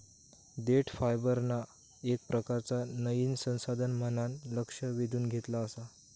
देठ फायबरना येक प्रकारचा नयीन संसाधन म्हणान लक्ष वेधून घेतला आसा